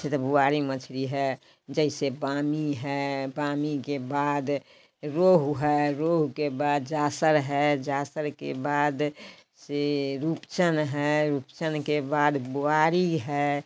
सो तो बुआरी मछली है जैसे पानी है पानी के बाद रोहू है रोहू के बाद जासर है जासर के बाद से रूपचन है रूपचन के बाद बुआरी है